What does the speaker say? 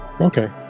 Okay